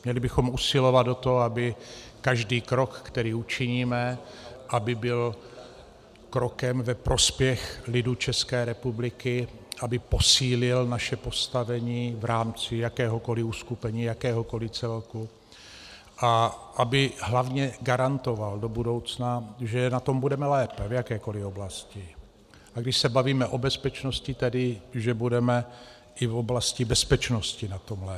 Měli bychom usilovat o to, aby každý krok, který učiníme, byl krokem ve prospěch lidu České republiky, aby posílil naše postavení v rámci jakéhokoli uskupení, jakéhokoli celku, a aby hlavně garantoval do budoucna, že na tom budeme lépe v jakékoli oblasti, a když se bavíme o bezpečnosti, tedy že budeme i v oblasti bezpečnosti na tom lépe.